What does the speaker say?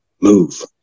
move